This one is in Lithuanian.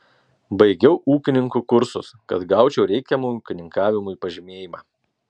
baigiau ūkininkų kursus kad gaučiau reikiamą ūkininkavimui pažymėjimą